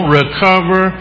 recover